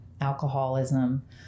alcoholism